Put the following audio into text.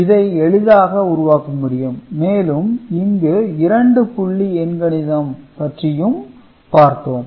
இதை எளிதாக உருவாக்க முடியும் மேலும் இங்கு இரண்டு புள்ளி எண் கணிதம் பற்றியும் பார்த்தோம்